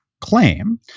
claim